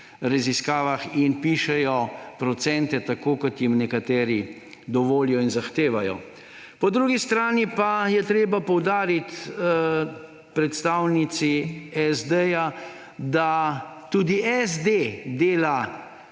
raziskavah in pišejo procente tako, kot jim nekateri dovolijo in zahtevajo. Po drugi strani pa je treba poudariti predstavnici SD, da tudi SD dela